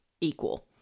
equal